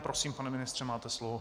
Prosím, pane ministře, máte slovo.